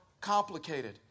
complicated